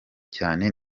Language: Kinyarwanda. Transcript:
cyane